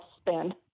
spend